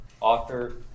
author